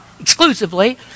exclusively